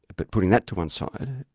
but putting that to one side,